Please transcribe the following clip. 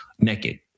naked